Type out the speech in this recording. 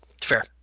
Fair